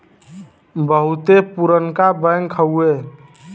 बहुते पुरनका बैंक हउए